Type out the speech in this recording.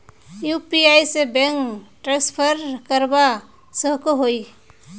UPI से bank transfer करवा सकोहो ही?